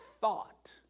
thought